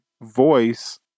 voice